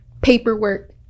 paperwork